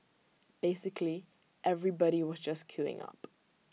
basically everybody was just queuing up